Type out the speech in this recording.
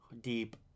deep